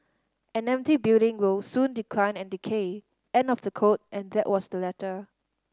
an empty building will soon decline and decay end of the quote and that was the letter